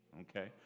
okay